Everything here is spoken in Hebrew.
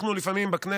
אנחנו לפעמים בכנסת,